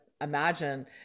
imagine